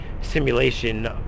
simulation